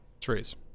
Trees